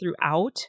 throughout